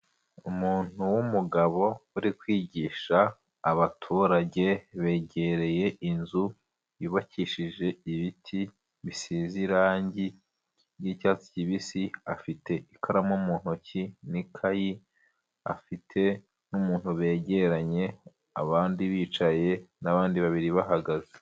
Umuntu w'umugabo uri kwigisha abaturage begereye inzu yubakishije ibiti bisize irangi ry'icyatsi kibisi, afite ikaramu mu ntoki n'ikayi, afite n'umuntu begeranye, abandi bicaye n'abandi babiri bahagaze.